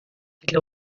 die